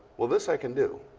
well, this i can do.